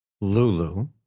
Lulu